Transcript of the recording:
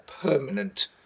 permanent